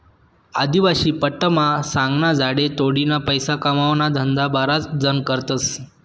आदिवासी पट्टामा सागना झाडे तोडीन पैसा कमावाना धंदा बराच जण करतस